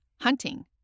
hunting